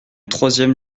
troisième